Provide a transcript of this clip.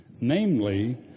namely